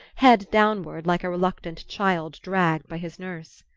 head downward, like a reluctant child dragged by his nurse.